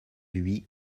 lui